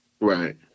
right